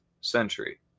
century